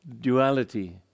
duality